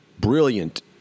brilliant